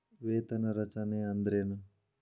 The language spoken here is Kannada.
ವೇತನ ರಚನೆ ಅಂದ್ರೆನ?